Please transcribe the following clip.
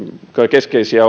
keskeisiä